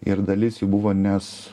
ir dalis jų buvo nes